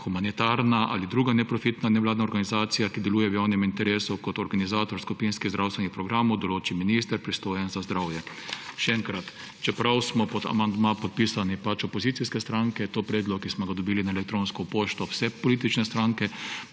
humanitarna ali druga neprofitna nevladna organizacija, ki deluje v javnem interesu kot organizator skupinskih zdravstvenih programov, določi minister, pristojen za zdravje.« Še enkrat, čeprav smo pod amandma podpisane opozicijske stranke, je to predlog, ki smo ga dobile po elektronski pošti vse politične stranke.